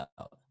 out